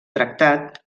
tractat